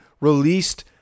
released